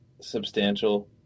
substantial